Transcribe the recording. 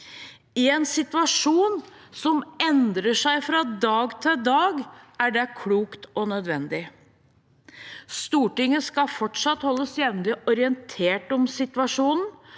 I en situasjon som endrer seg fra dag til dag, er det klokt og nødvendig. Stortinget skal fortsatt holdes jevnlig orientert om situasjonen,